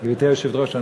גברתי היושבת-ראש.